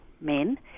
men